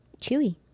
chewy